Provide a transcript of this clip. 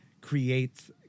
creates